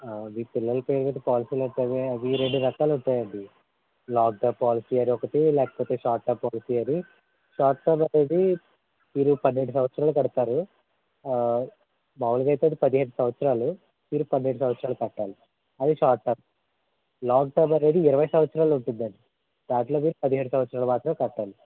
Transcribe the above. ఆ మీ పిల్లల పేరు మీద పోలసీలు అంటే అవి రెండు రకాలు ఉంటాయి అండి లాంగ్ టర్మ్ పోలసీ అని ఒకటి లేకపోతే షొర్ట్ టర్మ్ పోలసీ అని షొర్ట్ టర్మ్ పోలసీ మీరు పన్నెండు సంవత్సరాలు కడతారు మామూలుగా అయితే అది పదిహేను సంవత్సరాలు మీరు పన్నెండు సంవత్సరాలు కట్టాలి అది షొర్ట్ టర్మ్ లాంగ్ టర్మ్ అనేది ఇరవై సంవత్సరాలు ఉంటుందండి దానిలో మీరు పదిహేను సంవత్సరాలు మాత్రమే కట్టాలి